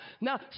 Now